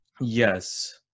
yes